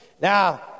Now